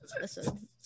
Listen